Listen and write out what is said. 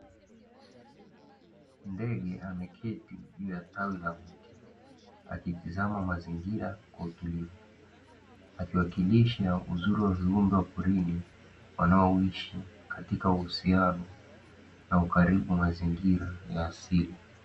Ndege ameketi juu ya tawi la mti, akitazama mazingira kwa utulivu, akiwakilisha uzuri wa viumbe wa porini wanaoishi katika uhusiano na ukaribu wa mazingira ya asili.